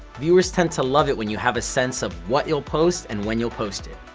viewers tend to love it when you have a sense of what you'll post and when you'll post it.